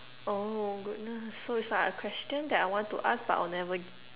oh goodness so it's like a question that I want to ask but I'll never